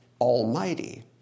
Almighty